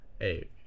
hey